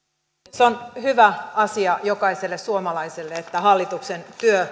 puhemies on hyvä asia jokaiselle suomalaiselle että hallituksen